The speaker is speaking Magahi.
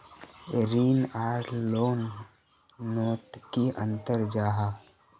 ऋण आर लोन नोत की अंतर जाहा?